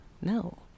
No